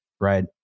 right